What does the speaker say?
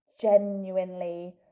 genuinely